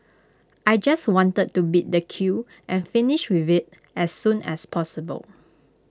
I just wanted to beat the queue and finish with IT as soon as possible